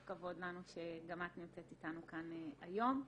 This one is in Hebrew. כבוד לנו שגם את נמצאת איתנו כאן היום.